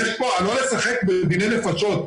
ולא לשחק בדיני נפשות.